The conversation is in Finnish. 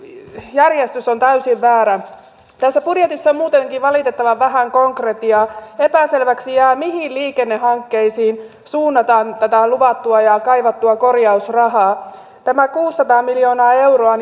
järjestys on täysin väärä tässä budjetissa on muutenkin valitettavan vähän konkretiaa epäselväksi jää mihin liikennehankkeisiin suunnataan tätä luvattua ja kaivattua korjausrahaa mihin tämä kuusisataa miljoonaa euroa